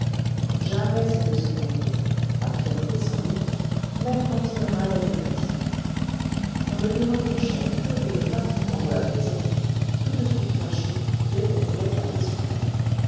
jamais il ne se plaignait par fierté sans doute même quand il râlait de fatigue on ne lui reprochait que de ne pas comprendre la plaisanterie tout de suite fâché dès qu'on voulait taper sur lui